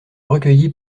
recueillie